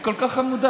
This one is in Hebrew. היא כל כך חמודה.